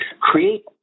create